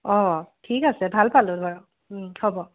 অ ঠিক আছে ভাল পালোঁ বাৰু হ'ব